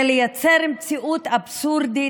לייצר מציאות אבסורדית,